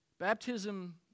Baptism